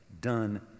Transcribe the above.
done